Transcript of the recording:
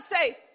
say